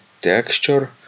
texture